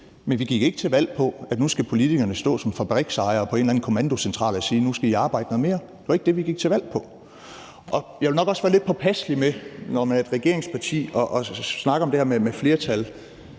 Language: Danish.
Men vi gik ikke til valg på, at nu skal politikerne stå som fabriksejere på en eller anden kommandocentral og sige: Nu skal I arbejde noget mere. Det var ikke det, vi gik til valg på. Jeg ville nok også, hvis jeg var i et regeringsparti, være lidt påpasselig med at snakke om det her med flertal,